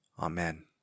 Amen